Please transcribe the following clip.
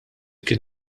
kien